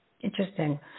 Interesting